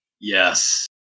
Yes